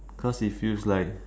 cause it feels like